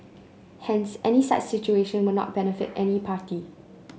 hence any such situation will not benefit any party